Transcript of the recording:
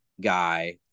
guy